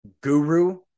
guru